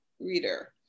reader